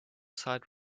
site